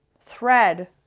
thread